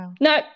no